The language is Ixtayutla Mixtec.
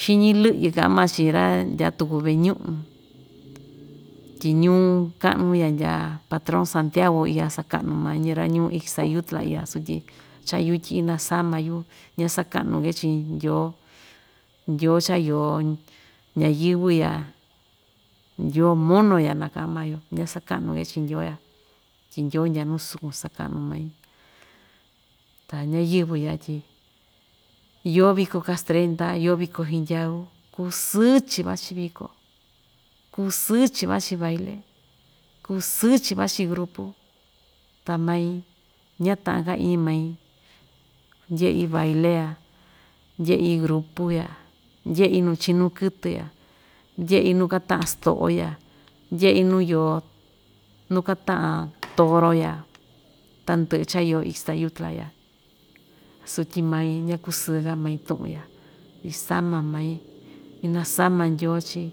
Xiñi liꞌi kaꞌan maa‑chi ra ndyaa tuku veꞌe ñuꞌu tyi ñuu kaꞌnu ya ndyaa patron santiago iya sakaꞌnu maa ñi ra‑ñuu ixtayutla iya sutyi chaa yuꞌu tyi inasa yuu ñasakaꞌnu‑ke chii ndyoo ndyoo cha iyo ñayɨ́vɨ́ iya ndyoo mono ya na‑kaꞌan maa‑yo ña‑sakaꞌnu‑ke chii ndyoo iya tyi ndyoo cha‑ndya nuu sukun sakaꞌnu mai ta ñayɨvɨ ya tyi iyo viko kastrenda iyo viko nhindyau kusɨ‑chi vachi viko, kusɨ‑chi vachi baile, kusɨ‑chi vachi grupu ta mai ñataꞌa‑ka iñi mai ndyeꞌi vaile a ndyeꞌi grupu ya, ndyeꞌi nuu chiñu kɨtɨ ya ndyeꞌi nuu kataꞌan stoꞌo ya ndyeꞌi nuu yo, nu takaꞌan toro ya tandɨꞌɨ chaa iyo ixtayutla ya sutyi mai ñakusɨ‑ka main tuꞌun ya, isama mai inasama ndyoo chii